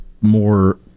more